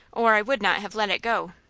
or i would not have let it go